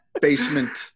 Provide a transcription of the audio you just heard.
basement